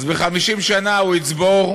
אז ב-50 שנה הוא יצבור,